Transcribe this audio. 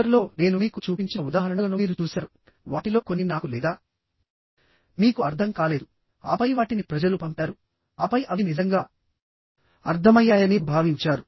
చివర్లో నేను మీకు చూపించిన ఉదాహరణలను మీరు చూశారు వాటిలో కొన్ని నాకు లేదా మీకు అర్థం కాలేదు ఆపై వాటిని ప్రజలు పంపారు ఆపై అవి నిజంగా అర్ధమయ్యాయని భావించారు